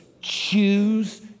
choose